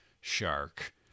shark